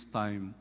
time